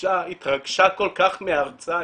אישה התרגשה כל כך מההרצאה,